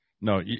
No